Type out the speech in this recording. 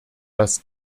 dass